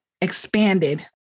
expanded